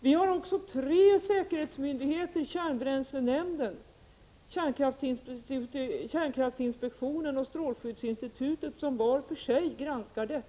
Vi har också tre säkerhetsmyndigheter — kärnbränslenämnden, kärnkraftinspektionen och strålskyddsinstitutet — som var för sig granskar säkerheten.